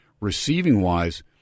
Receiving-wise